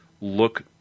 look